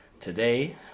Today